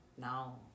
Now